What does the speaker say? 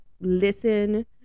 listen